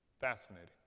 Fascinating